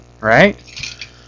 right